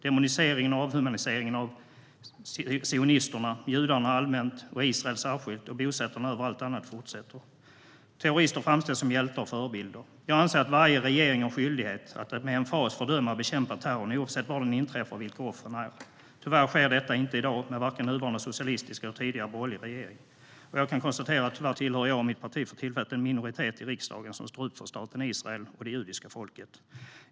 Demoniseringen och avhumaniseringen av sionisterna, judarna allmänt och Israel särskilt och bosättarna över allt annat, fortsätter. Terrorister framställs som hjältar och förebilder. Jag anser att varje regering har skyldighet att med emfas fördöma och bekämpa terrorn, oavsett var den inträffar och vilka offren är. Tyvärr sker detta inte i dag med vare sig nuvarande socialistisk eller tidigare borgerlig regering. Jag kan konstatera att jag och mitt parti för tillfället tyvärr tillhör en minoritet i riksdagen som står upp för staten Israel och det judiska folket.